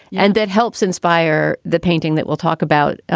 and that helps inspire the painting that we'll talk about.